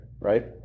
right